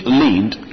leaned